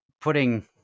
putting